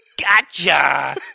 Gotcha